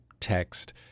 text